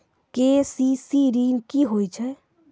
KCC ॠन की होय छै?